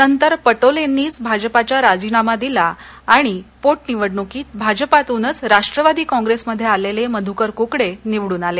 नंतर पटोलेंनीच भाजपाचा राजीनामा दिला आणि पोटनिवडणुकीत भाजपातूनच राष्ट्रवादी काँग्रेस मधे आलेले मधुकर कुकडे निवडून आले